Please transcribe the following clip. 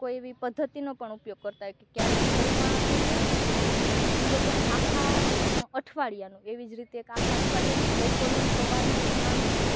કોઈ એવી પદ્ધતિનો ઉપયોગ કરતાં હોય ક્યારેક ઘરમાં આપણે જોઈએને તો એ લોકોને આખા અઠવાડિયાનું એવી જ રીતે એક આખા અથવાડિયાનું બપોરનું સવારનું ને સાંજનું